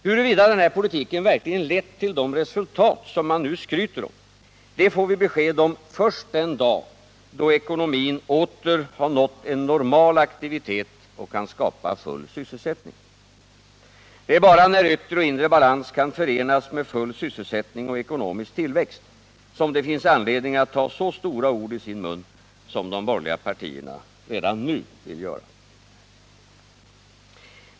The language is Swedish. Huruvida den här politiken verkligen lett till de resultat som man nu skryter om får vi besked om först den dag då ekonomin åter nått en normal aktivitet och kan skapa full sysselsättning. Det är bara när yttre och inre balans kan förenas med full sysselsättning och ekonomisk tillväxt som det finns anledning att ta så stora ord i sin mun som de borgerliga partierna redan nu vill göra.